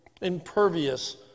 impervious